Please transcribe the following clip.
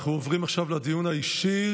אנחנו עוברים עכשיו לדיון האישי.